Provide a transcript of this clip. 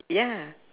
ya